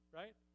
right